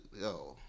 yo